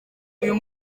uyu